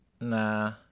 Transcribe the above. Nah